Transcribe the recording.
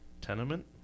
Tenement